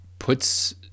puts